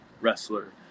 Wrestler